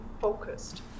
focused